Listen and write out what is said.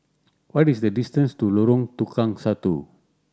what is the distance to Lorong Tukang Satu